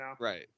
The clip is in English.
Right